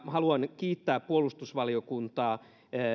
haluan kiittää paitsi puolustusvaliokuntaa